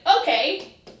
Okay